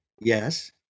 Yes